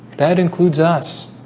that includes us